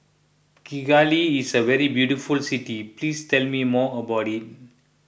Kigali is a very beautiful city please tell me more about it